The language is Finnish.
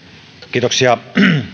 kiitoksia